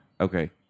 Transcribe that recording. Okay